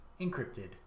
encrypted